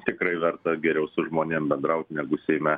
tikrai verta geriau su žmonėms bendraut negu seime